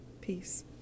Peace